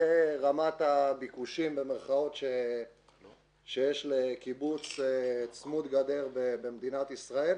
זה רמת ה"ביקושים" שיש לקיבוץ צמוד גדר במדינת ישראל.